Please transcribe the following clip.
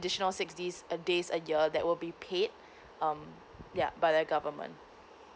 additional six dis uh days a year that will be paid um yup by the government